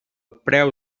preu